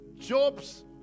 Job's